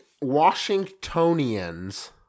Washingtonians